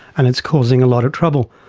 and it's causing a lot of trouble.